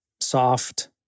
soft